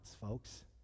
folks